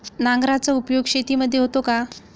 नांगराचा उपयोग शेतीमध्ये होतो का?